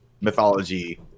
mythology